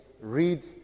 read